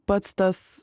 pats tas